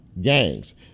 gangs